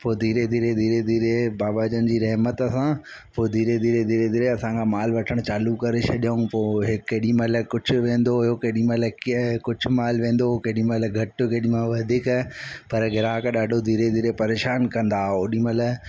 पोइ धीरे धीरे धीरे धीरे बाबा जन जीअं रहिमत सां पोइ धीरे धीरे धीरे धीरे असांखा माल वठण चालू करे छ्ॾूं पोइ केॾीमहिल कुझु वेंदो हुओ केॾीमहिल कुझु माल वेंदो हो केॾीमल्हि घटि केॾीमहिल वधीक पर गिराक ॾाढो धीरे धीरे परेशानु कंदा हुआ ओॾीमहिल